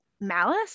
malice